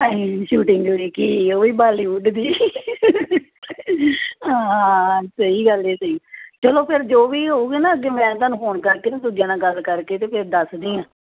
ਅਸੀਂ ਵੀ ਸ਼ੂਟਿੰਗ ਵੇਖੀ ਸੀ ਉਹ ਵੀ ਬਾਲੀਵੁੱਡ ਦੀ ਹਾਂ ਸਹੀ ਗੱਲ ਹੈ ਸਹੀ ਚੱਲੋ ਫਿਰ ਜੋ ਵੀ ਹੋਣਗੇ ਨਾ ਅੱਗੇ ਮੈਂ ਤੁਹਾਨੂੰ ਫੋਨ ਕਰਕੇ ਨਾ ਦੂਜਿਆਂ ਨਾਲ ਗੱਲ ਕਰਕੇ ਤਾਂ ਫਿਰ ਦੱਸਦੀ ਹਾਂ